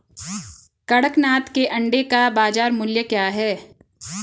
कड़कनाथ के अंडे का बाज़ार मूल्य क्या है?